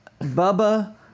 Bubba